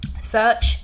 Search